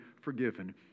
forgiven